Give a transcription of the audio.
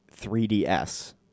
3ds